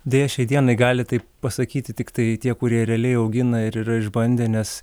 deja šiai dienai gali taip pasakyti tiktai tie kurie realiai augina ir yra išbandę nes